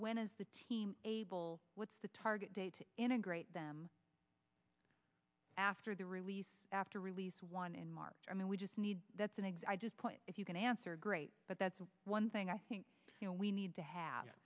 when is the team able what's the target date to integrate them after the release after release i mean we just need that's an exe i just point if you can answer great but that's one thing i think we need to have